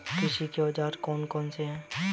कृषि के औजार कौन कौन से हैं?